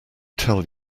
tell